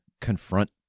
confront